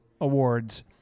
Awards